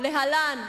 להלן,